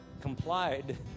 complied